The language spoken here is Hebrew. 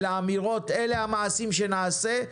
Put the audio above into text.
אלא אמירות: אלה המעשים שנעשה.